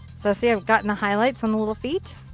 so see i've gotten the highlights on the little feet.